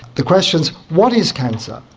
the questions what is cancer?